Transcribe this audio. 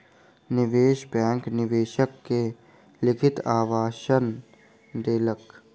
निवेश बैंक निवेशक के लिखित आश्वासन देलकै